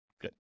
Good